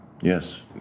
Yes